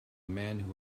man